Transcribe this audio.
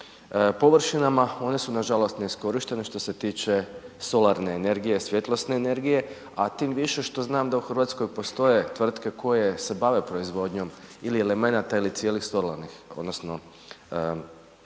površinama one su nažalost neiskorištene što se tiče solarne energije, svjetlosne energije, a tim više što znam da u Hrvatskoj postoje tvrtke koje se bave proizvodnjom ili elemenata ili cijelih solarnih, odnosno,